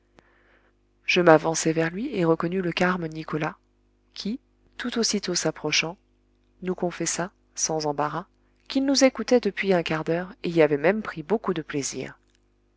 je m'avançai vers lui et reconnus le carme nicolas qui tout aussitôt s'approchant nous confessa sans embarras qu'il nous écoutait depuis un quart d'heure et y avait même pris beaucoup de plaisir